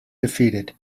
defeated